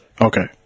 okay